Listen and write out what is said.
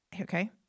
okay